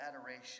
adoration